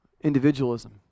individualism